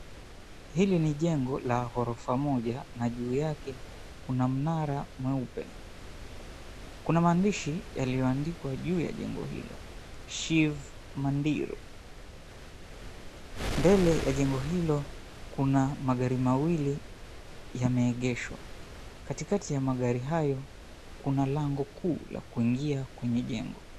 Hili ni jengo la orofa moja na juu yake kuna mnara mweupe. Kuna maandishi yaliyoandikwa juu ya jengo hilo, Shiv Mandir. Mbele ya jengo hilo kuna magari mawili yameegeshwa. Katikati ya magari hayo kuna lango kuu la kuingia kwenye jengo.